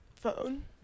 Phone